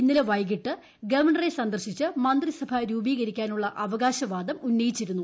ഇന്നലെ വൈകിട്ട് ഗവർണറെ സന്ദർശിച്ച് മന്ത്രിസഭ രൂപീകരിക്കാനുള്ള അവകാശവാദം ഉന്നയിച്ചിരുന്നു